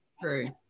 True